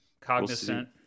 Cognizant